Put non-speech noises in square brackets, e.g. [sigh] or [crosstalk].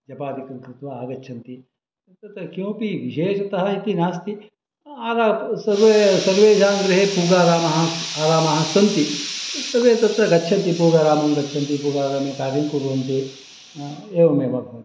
जपादिकङ्कृत्वा आगच्छन्ति तत्र किमपि विशेषतः इति नास्ति आदौ सर्वे सर्वे इदानीं गृहे [unintelligible] रामः आरामाः सन्ति सर्वे तत्र गच्छन्ति पुगारामं गच्छन्ति पुगारामे [unintelligible] कुर्वन्ति एवमेव भवति